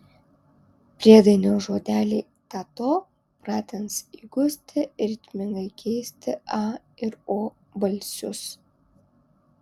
priedainio žodeliai ta to pratins įgusti ritmingai keisti a ir o balsius